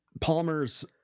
Palmer's